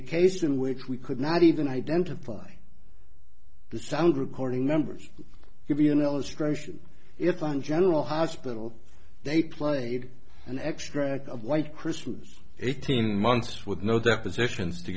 a case in which we could not even identify the sound recording numbers give you an illustration it on general hospital they played an extract of white christmas eighteen months with no depositions to